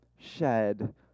shed